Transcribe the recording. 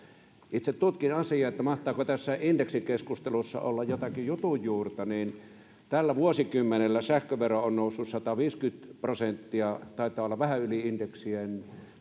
itse tutkin asiaa mahtaako tässä indeksikeskustelussa olla jotakin jutun juurta tällä vuosikymmenellä sähkövero on noussut sataviisikymmentä prosenttia taitaa olla vähän yli indeksien